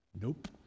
Nope